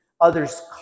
others